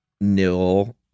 Nil